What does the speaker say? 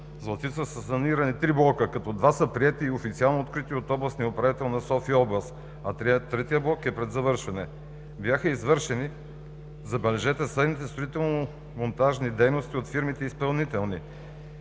Златица са санирани три блока, като два са приети и официално открити от областния управител на София област, а третият блок е пред завършване. Бяха извършени, забележете, следните строително-монтажни дейности от фирмите-изпълнители: